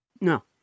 No